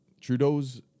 Trudeau's